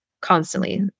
constantly